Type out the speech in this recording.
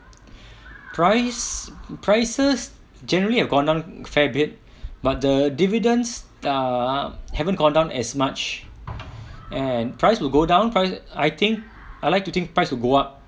price prices generally have gone down fair bit but the dividends err haven't gone down as much and price will go down price I think I'd like to think price will go up